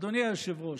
אדוני היושב-ראש,